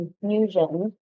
confusion